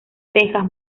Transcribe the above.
texas